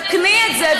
תקני את זה,